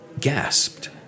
gasped